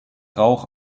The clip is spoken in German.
rauch